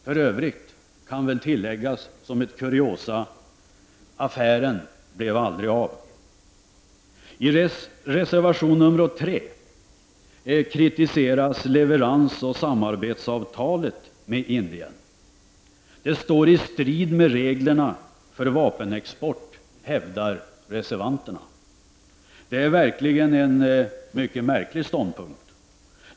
För övrigt kan jag tillägga som ett kuriosum att affären aldrig blev av. I reservation nr 3 kritiseras leveransoch samarbetsavtalet med Indien. Det står i strid med reglerna för vapenexport, hävdar reservanterna. Det är verkligen en mycket märklig ståndpunkt.